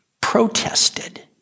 protested